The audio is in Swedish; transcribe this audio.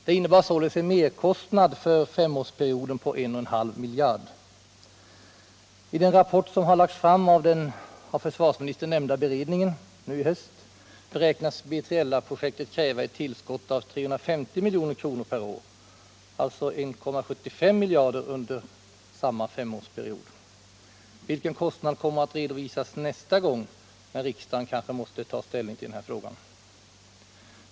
Det innebar således en merkostnad under femårsperioden på 1,5 miljarder. I den rapport som nu i höst har lagts fram av den av försvarsministern nämnda beredningen beräknas B3LA-projektet kräva ett tillskott av 350 milj.kr. per år, alltså 1,75 miljarder under femårsperioden. Vilken kostnad kommer att redovisas nästa gång då riksdagen måste ta ställning till den här frågan?